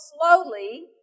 slowly